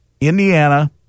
Indiana